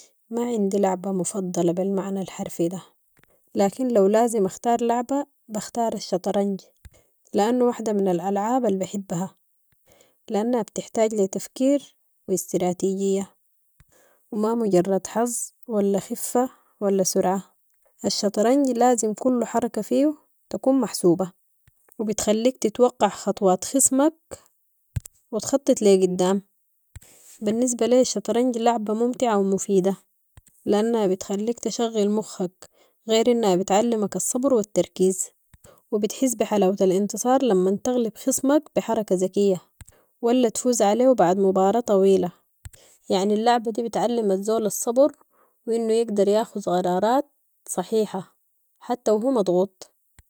ما عندي لعبة مفضلة بالمعنى الحرفي ده، لكن لو لازم اختار لعبة بختار الشطرنج، لانو واحدة من الالعابة البحبها، لانها بتحتاج لتفكير و استراتيجية و ما مجرد حظ ولا خفة ولا سرعة، الشطرنج لازم كل حركة فيهو تكون محسوبة و بتخليك تتوقع خطوات خصمك و تخطط لي قدام، بالنسبة لي الشطرنج لعبة ممتعة و مفيدة، لانها بتخليك تشغل مخك، غير انها بتعلمك الصبر و التركيز و بتحس بحلوة الانتصار لما تغلب خصمك بحركة ذكية ولا تفوز عليهو بعد مباراة طويلة، يعني اللعبة دي بتعلم الزول الصبر و انو يقدر ياخذ قرارات صحيحة حتى و هم ضغط.